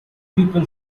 people